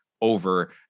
over